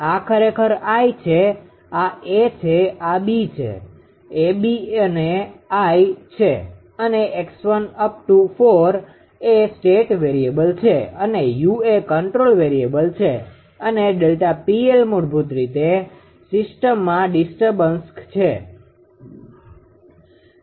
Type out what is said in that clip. આ ખરેખર છે આ A છે આ B છે A B અને છે અને 𝑥1 𝑥2 𝑥3 𝑥4 એ સ્ટેટ વરીએબલ છે અને u એ કન્ટ્રોલ વેરીએબલ છે અને Δ𝑃𝐿 મૂળભૂત રીતે સિસ્ટમમાં ડિસ્ટર્બન્સdisturbanceખલેલ છે